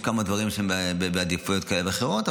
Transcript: יש כמה דברים שהם בעדיפויות כאלה ואחרות,